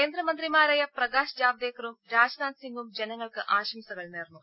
കേന്ദ്രമന്ത്രിമാരായ പ്രകാശ് ജാവ്ദേക്കറും രാജ്നാഥ് സിംഗും ജനങ്ങൾക്ക് ആശംസകൾ നേർന്നു